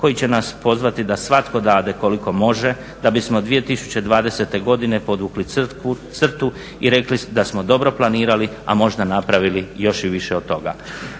koji će nas pozvati da svatko dade koliko može da bismo 2020. godine podvukli crtu i rekli da smo dobro planirali, a možda napravili još i više od toga.